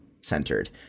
centered